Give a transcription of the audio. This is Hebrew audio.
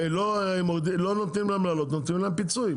לא נותנים להם להעלות, נותנים להם פיצוי.